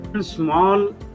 Small